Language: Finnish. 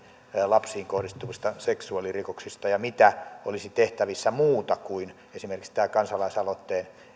lapsiin kohdistuvista seksuaalirikoksista ja siitä mitä muuta olisi tehtävissä kuin esimerkiksi tämä kansalaisaloitteen